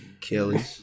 killing